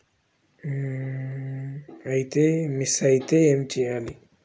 బీమా bond miss అయితే ఏం చేయాలి?